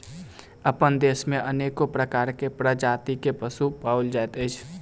अपना देश मे अनेको प्रकारक प्रजातिक पशु पाओल जाइत अछि